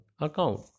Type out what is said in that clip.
account